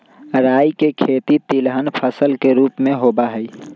राई के खेती तिलहन फसल के रूप में होबा हई